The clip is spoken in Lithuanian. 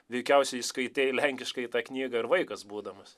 veikiausiai skaitei lenkiškai tą knygą ir vaikas būdamas